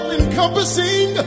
encompassing